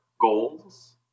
goals